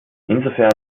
insofern